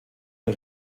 der